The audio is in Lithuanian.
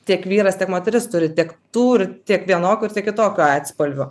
tiek vyras tiek moteris turi tiek tų ir tiek vienokių ir tiek kitokių atspalvių